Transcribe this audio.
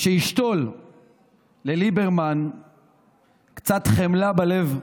שישתול לליברמן קצת חמלה בלב?